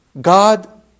God